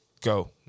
go